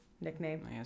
nickname